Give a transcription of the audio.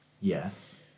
Yes